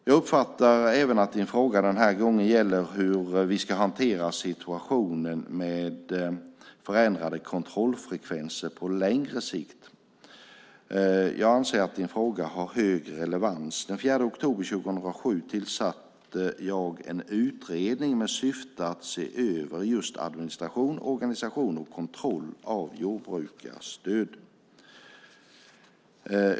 Jag uppfattar även att din fråga den här gången gäller hur vi ska hantera situationen med förändrade kontrollfrekvenser på längre sikt. Jag anser att din fråga har hög relevans. Den 4 oktober 2007 tillsatte jag en utredning med syfte att se över just administration, organisering och kontroll av jordbrukarstöden.